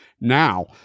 now